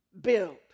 Build